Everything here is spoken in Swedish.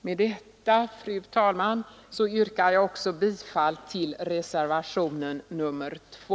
Med detta, fru talman, yrkar jag också bifall till reservationen 2.